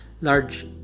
large